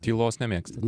tylos nemėgstat